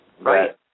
Right